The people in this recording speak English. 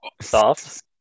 Soft